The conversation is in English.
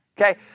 Okay